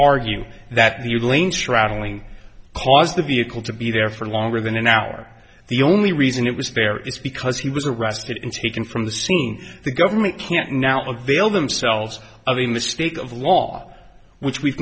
argue that the lane straddling caused the vehicle to be there for longer than an hour the only reason it was fair it's because he was arrested and taken from the scene the government can't now of bail themselves out of a mistake of law which we